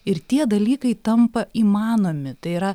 ir tie dalykai tampa įmanomi tai yra